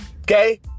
okay